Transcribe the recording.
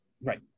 Right